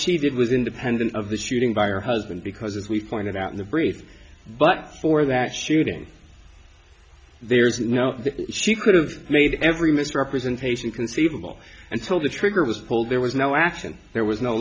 she did was independent of the shooting by or husband because as we pointed out in the brief but for that shooting there is no she could have made every misrepresentation conceivable and told the trigger was pulled there was no action there